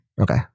Okay